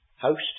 host